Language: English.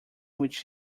which